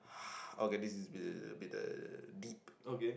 okay this is a bit uh bit uh deep